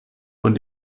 von